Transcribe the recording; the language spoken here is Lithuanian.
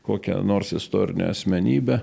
kokią nors istorinę asmenybę